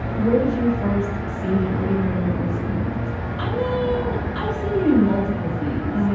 where did you first see him? what do you remember first seeing? yeah i mean, i've seen you in multiple things,